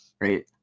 right